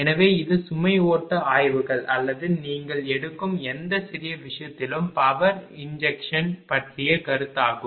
எனவே இது சுமை ஓட்ட ஆய்வுகள் அல்லது நீங்கள் எடுக்கும் எந்த சிறிய விஷயத்திலும் பவர் இன்ஜெக்ஷன் பற்றிய கருத்தாகும்